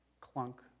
clunk